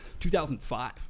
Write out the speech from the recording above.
2005